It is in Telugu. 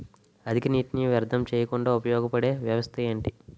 అధిక నీటినీ వ్యర్థం చేయకుండా ఉపయోగ పడే వ్యవస్థ ఏంటి